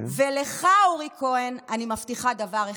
ולך, אורי כהן, אני מבטיחה דבר אחד: